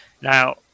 Now